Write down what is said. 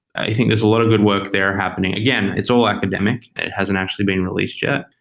i think there's a lot of good work there happening. again, it's all academic. and it hasn't actually been released yet.